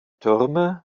türme